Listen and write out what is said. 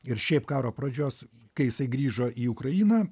ir šiaip karo pradžios kai jisai grįžo į ukrainą